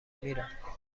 میرم